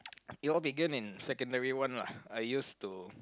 it all began in secondary one lah I used to